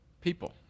people